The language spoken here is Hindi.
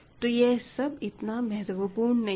तो यह सब इतना महत्वपूर्ण नहीं है